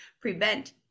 prevent